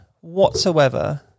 whatsoever